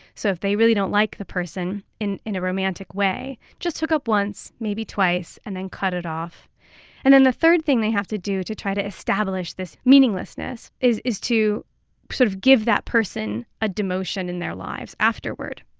so if they really don't like the person in in a romantic way, just hook up once, maybe twice and then cut it off and then the third thing they have to do to try to establish this meaninglessness is is to sort of give that person a demotion in their lives afterward.